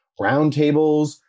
roundtables